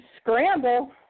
Scramble